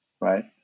Right